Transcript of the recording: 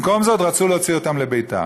במקום זאת רצו להוציא אותם לביתר.